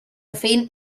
faint